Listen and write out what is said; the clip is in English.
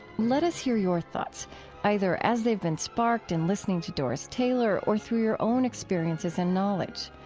let us hear your thoughts either as they've been sparked in listening to doris taylor or through your own experiences and knowledge.